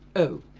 oh.